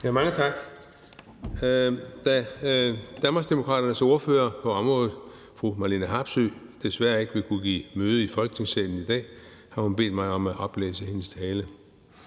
Mange tak. Da Danmarksdemokraternes ordfører på området, fru Marlene Harpsøe, desværre ikke vil kunne give møde i Folketingssalen i dag, har hun bedt mig om at oplæse hendes tale.